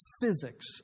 physics